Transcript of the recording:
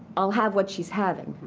i'll have what she's having.